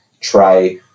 try